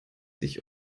sich